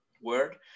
word